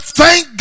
thank